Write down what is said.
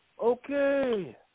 Okay